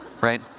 right